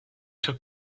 took